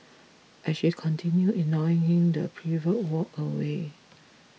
as she continued ignoring him the pervert walked away